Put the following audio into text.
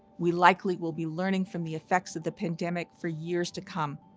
we likely will be learning from the effects of the pandemic for years to come.